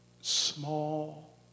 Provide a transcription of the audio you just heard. small